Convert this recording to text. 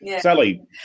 Sally